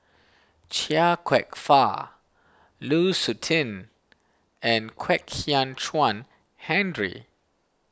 Chia Kwek Fah Lu Suitin and Kwek Hian Chuan Henry